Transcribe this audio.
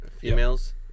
females